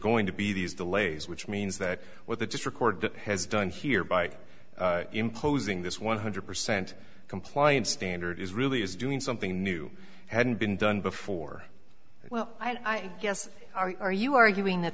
going to be these delays which means that what the just record that has done here by imposing this one hundred percent compliance standard is really is doing something new hadn't been done before well i guess are you arguing that